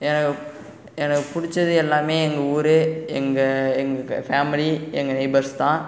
எனக்கு எனக்கு பிடித்தது எல்லாமே எங்கள் ஊர் எங்கள் எங்கள் ஃபேமிலி எங்கள் நெய்பர்ஸ் தான்